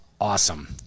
awesome